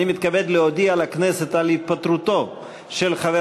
אני מתכבד להודיע לכנסת על התפטרותו של חבר